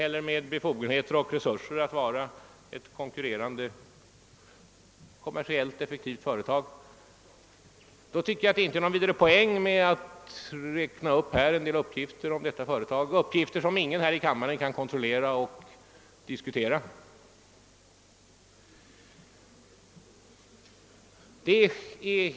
SBL är — för att upprepa — inte ett sådant företag, det har vare sig befogenheter eller resurser härtill och därmed faller också meningen med att i denna debatt räkna upp en mängd uppgifter om detta företag, uppgifter som dessutom ingen här i kammaren kan kontrollera och diskutera.